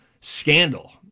scandal